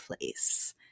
place